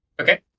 Okay